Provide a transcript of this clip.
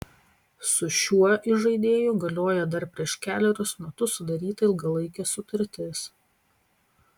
su šiuo įžaidėju galioja dar prieš kelerius metus sudaryta ilgalaikė sutartis